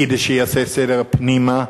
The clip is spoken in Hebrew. כדי שיעשה סדר פנימה,